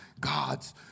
God's